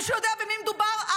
מישהו יודע במי מדובר?